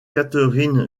catherine